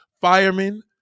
firemen